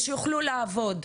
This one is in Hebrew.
שיוכלו לעבוד,